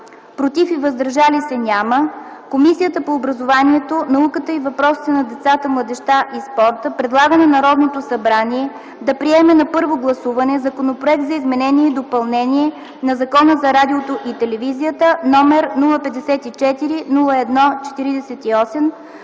„против” и „въздържали се” няма Комисията по образованието, науката и въпросите на децата, младежта и спорта предлага на Народното събрание да приеме на първо гласуване Законопроект за изменение и допълнение на Закона за радиото и телевизията, № 054-01-48,